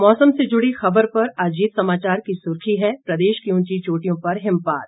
मौसम से जुड़ी खबर पर अजीत समाचार की सुर्खी है प्रदेश की उंची चोटियों पर हिमपात